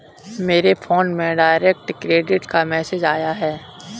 मेरे फोन में direct credit का मैसेज आया है